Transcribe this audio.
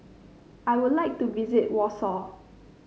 I would like to visit Warsaw